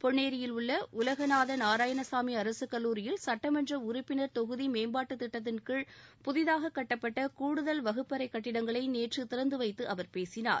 பொன்னேரியில் உள்ள உலகநாத நாராயணசாமி அரசுக் கல்லூரியில் சுட்டமன்ற உறுப்பினர் தொகுதி மேம்பாட்டுத்திட்டத்தின்கீழ் புதிதாக கட்டப்பட்ட கூடுதல் வகுப்பறை கட்டிடங்களை நேற்று திறந்துவைத்து அவர் பேசினார்